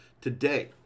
Today